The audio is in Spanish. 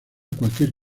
cualquier